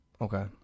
Okay